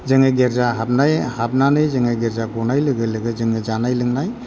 जोङो गिर्जा हाबनाय हाबनानै जोङो गिर्जा गनाय लोगो लोगो जोङो जानाय लोंनाय